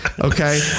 okay